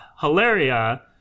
hilaria